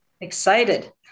Excited